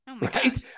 right